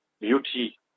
beauty